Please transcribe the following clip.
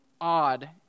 odd